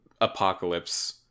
apocalypse